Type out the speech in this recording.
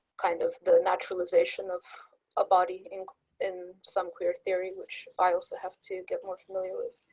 kind of the naturalisation of a body in in some queer theory which i also have to get more familiar with.